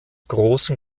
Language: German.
großen